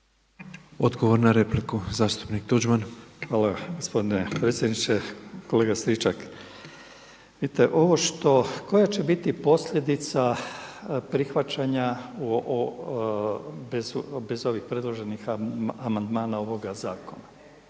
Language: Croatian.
Odgovor na repliku zastupnik Tuđman. **Tuđman, Miroslav (HDZ)** Hvala gospodine predsjedniče. Kolega Stričak, koja će biti posljedica prihvaćanja bez ovih predloženih amandmana ovoga zakona,